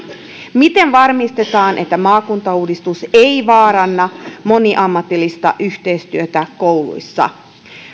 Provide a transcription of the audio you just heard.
miten varmistetaan että maakuntauudistus ei vaaranna moniammatillista yhteistyötä kouluissa